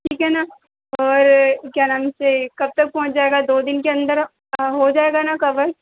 ठीक है ना और क्या नाम से कब तक पहुँच जाएगा दो दिन के अंदर हो जाएगा ना कवर